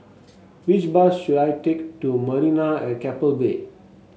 which bus should I take to Marina at Keppel Bay